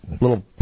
little